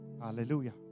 Hallelujah